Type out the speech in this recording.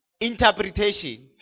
interpretation